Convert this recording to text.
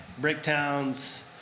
Bricktowns